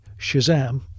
Shazam